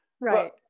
Right